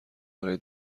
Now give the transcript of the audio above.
برای